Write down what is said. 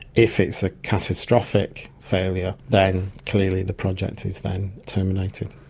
if it's a catastrophic failure, then clearly the project is then terminated.